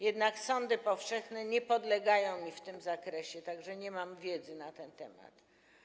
Jednak sądy powszechne nie podlegają mi w tym zakresie, tak że nie mam wiedzy na ten temat.